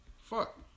Fuck